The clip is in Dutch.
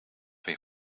weer